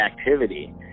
activity